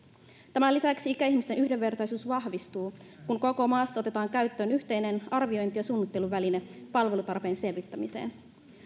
tämän lisäksi ikäihmisten yhdenvertaisuus vahvistuu kun koko maassa otetaan käyttöön yhteinen arviointi ja suunnitteluväline palvelutarpeen selvittämiseen